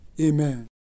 Amen